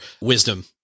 wisdom